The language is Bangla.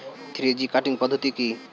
থ্রি জি কাটিং পদ্ধতি কি?